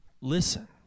Listen